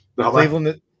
Cleveland